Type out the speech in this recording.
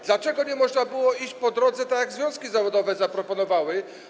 Dlaczego nie można było iść po tej drodze tak, jak związki zawodowe zaproponowały?